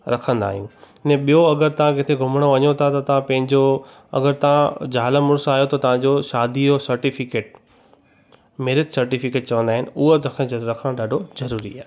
रखंदा आहियूं न ॿियो अगरि तव्हां किथे घुमणु वञो था त तव्हां पंहिंजो अगरि तव्हां ज़ाल मुड़ुसि आहियो त तव्हां जो शादीअ जो सर्टिफ़िकेट मैरिज सर्टिफ़िकेट चवंदा आहिनि उहो तव्हां खे ज रखणु ॾाढो ज़रूरी आहे